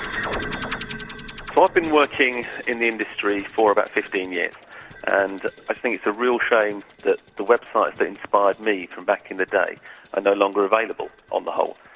ah but been working in the industry for about fifteen years and i think it's a real shame that the websites that inspired me from back in the day are no longer available, on the whole.